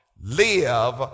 live